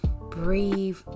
Breathe